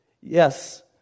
Yes